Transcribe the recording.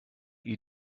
you